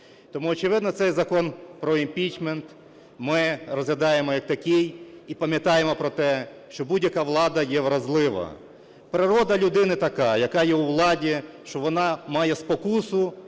Тому, очевидно, цей Закон про імпічмент ми розглядаємо як такий і пам'ятаємо про те, що будь-яка влада є вразлива. Природа людини така, яка є у владі, що вона має спокусу